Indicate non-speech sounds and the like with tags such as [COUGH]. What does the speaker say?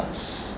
[BREATH]